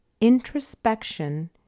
introspection